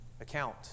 account